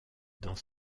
dans